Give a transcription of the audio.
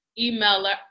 emailer